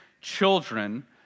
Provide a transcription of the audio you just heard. children